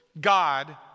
God